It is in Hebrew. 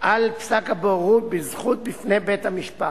על פסק הבוררות בזכות בפני בית-המשפט.